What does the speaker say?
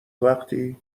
وقتی